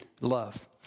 love